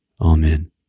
Amen